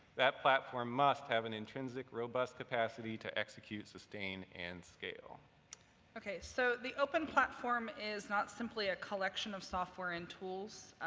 that platform must have an intrinsic robust capacity to execute, sustain, and scale. evviva okay, so the open platform is not simply a collection of software and tools,